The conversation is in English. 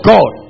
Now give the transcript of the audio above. God